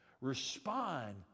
Respond